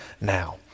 now